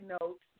note